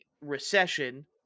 recession